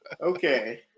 Okay